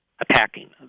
attacking